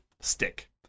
stick